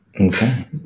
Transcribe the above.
Okay